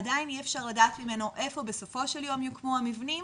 עדיין אי אפשר לדעת ממנו איפה בסופו של יום יוקמו המבנים,